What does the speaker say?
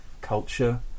culture